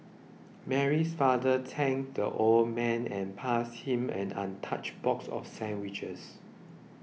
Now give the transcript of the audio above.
Mary's father thanked the old man and passed him an untouched box of sandwiches